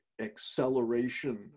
acceleration